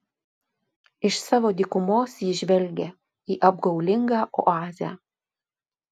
iš savo dykumos ji žvelgia į apgaulingą oazę